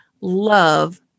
love